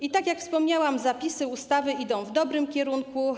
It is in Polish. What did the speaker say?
I tak jak wspomniałam, zapisy ustawy idą w dobrym kierunku.